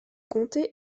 comté